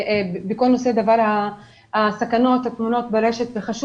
בנושא הסכנות הטמונות ברשת, חשוב